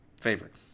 favorite